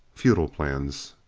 futile plans!